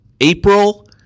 April